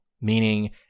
meaning